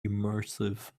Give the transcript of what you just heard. immersive